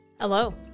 Hello